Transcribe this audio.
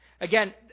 Again